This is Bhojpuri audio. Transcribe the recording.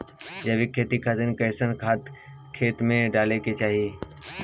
जैविक खेती खातिर कैसन खाद खेत मे डाले के होई?